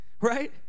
right